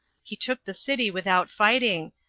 he took the city without fighting,